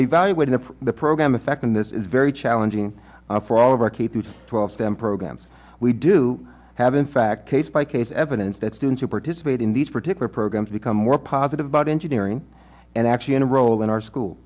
a valuation of the program effect and this is very challenging for all of our k through twelve stem programs we do have in fact case by case evidence that students who participate in these particular programs become more positive about engineering and actually enroll in our school